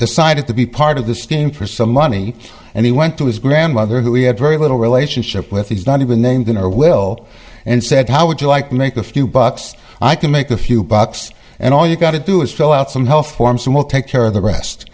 decided to be part of the scheme for some money and he went to his grandmother who we had very little relationship with he's not even named in our will and said how would you like to make a few bucks i can make a few bucks and all you gotta do is fill out some health forms and we'll take care of the rest